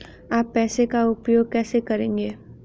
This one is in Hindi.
आप पैसे का उपयोग कैसे करेंगे?